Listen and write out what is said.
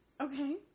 Okay